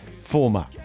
former